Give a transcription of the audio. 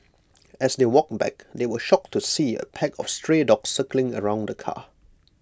as they walked back they were shocked to see A pack of stray dogs circling around the car